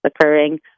occurring